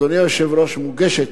אדוני היושב-ראש, מוגשת